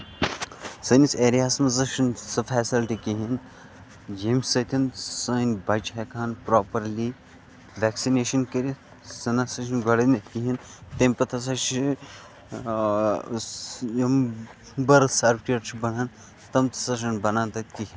سٲنِس ایریاہَس منٛز ہسا چھُنہٕ سۄ فیسَلٹی کِہینۍ ییٚمہِ سۭتۍ سٲنۍ بَچہٕ ہٮ۪کہٕ ہن پروپَرلی ویکسِنیشن کٔرِتھ سُہ نہ سا چھُنہٕ گۄڈٕنیتھ کِہینۍ نہٕ تَمہِ پَتہٕ ہسا چھُ یِم بٔرٕتھ سٔرٹِفکٹ چھِ بَنان تِم تہِ ہسا چھِنہٕ بَنان تَتہِ کِہینۍ